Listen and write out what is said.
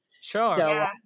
Sure